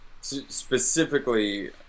specifically